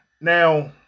now